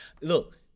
Look